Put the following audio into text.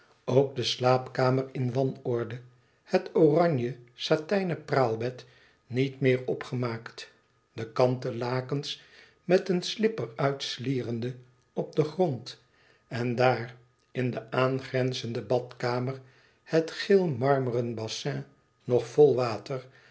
ook de slaapkamer in wanorde het oranje satijnen praalbed niet meer opgemaakt de kanten lakens met een slip er uit slierende op den grond en daar in de aangrenzende badkamer het geel marmeren bassin nog vol water